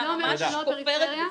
אני ממש כופרת בזה.